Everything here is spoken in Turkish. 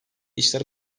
işler